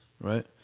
Right